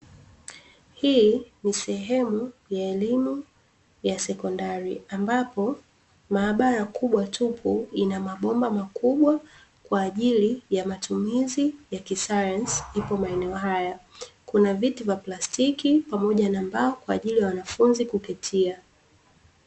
Hii ni sehemu ya elimu ya sekondari, ambapo maabara kubwa tupu ina mabomba makubwa kwa ajili ya matumizi ya kisayansi, ipo maeneo haya. Kuna viti vya plastiki, pamoja na mbao kwa ajili ya wanafunzi kuketia.